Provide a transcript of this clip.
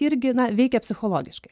irgi na veikia psichologiškai